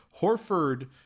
Horford